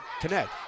connect